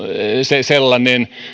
se sellainen